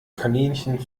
kaninchen